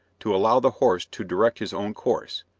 to allow the horse to direct his own course,